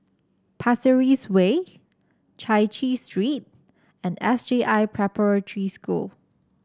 Pasir Ris Way Chai Chee Street and S J I Preparatory School